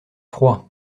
froid